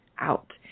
out